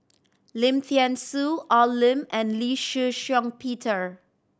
Lim Thean Soo Al Lim and Lee Shih Shiong Peter